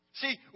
See